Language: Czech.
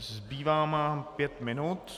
Zbývá nám pět minut.